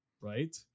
right